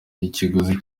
ikiguzi